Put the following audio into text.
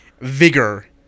vigor